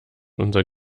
unser